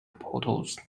portals